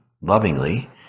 lovingly